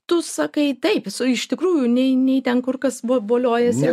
tu sakai taip iš tikrųjų nei nei ten kur kas vo voliojasi